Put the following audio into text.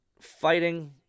fighting